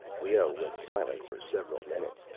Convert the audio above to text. leoh was silent for several minutes.